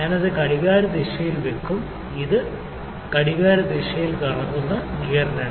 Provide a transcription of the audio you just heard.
ഞാൻ ഇത് ഘടികാരദിശയിൽ വയ്ക്കും ഇത് ഘടികാരദിശയിൽ കറങ്ങുന്ന ഗിയർ 2